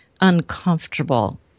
uncomfortable